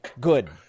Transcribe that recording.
Good